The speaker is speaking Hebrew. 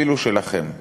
אפילו שלכם,